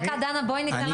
דקה דנה בואי ניתן לך לסיים.